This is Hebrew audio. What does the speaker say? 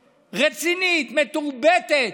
רצינית, מתורבתת,